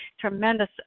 tremendous